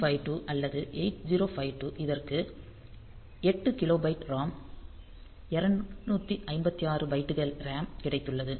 8952 அல்லது 8052 இதற்கு 8 kilobyte ROM 256 பைட்டுகள் RAM கிடைத்துள்ளது